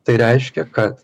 tai reiškia kad